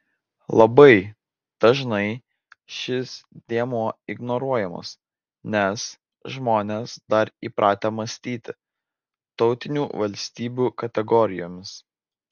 labai dažnai šis dėmuo ignoruojamas nes žmonės dar įpratę mąstyti tautinių valstybių kategorijomis